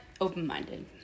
open-minded